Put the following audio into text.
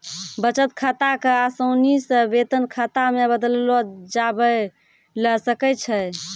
बचत खाता क असानी से वेतन खाता मे बदललो जाबैल सकै छै